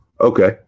Okay